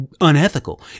unethical